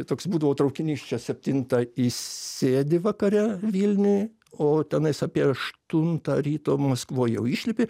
toks būdavo traukinys čia septintą įsėdi vakare vilniuj o tenais apie aštuntą ryto maskvoj jau išlipti